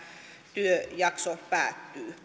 työjakso päättyy